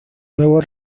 nuevo